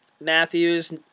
Matthews